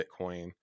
Bitcoin